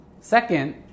Second